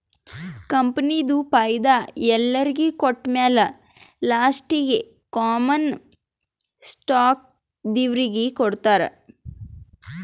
ಕಂಪನಿದು ಫೈದಾ ಎಲ್ಲೊರಿಗ್ ಕೊಟ್ಟಮ್ಯಾಲ ಲಾಸ್ಟೀಗಿ ಕಾಮನ್ ಸ್ಟಾಕ್ದವ್ರಿಗ್ ಕೊಡ್ತಾರ್